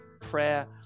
prayer